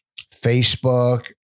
Facebook